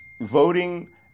voting